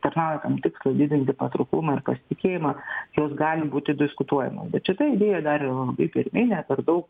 tarnauja tam tikslui didinti patrauklumą ir pasitikėjimą jos gali būti diskutuojamos bet šita idėja dar yra labai pirminė per daug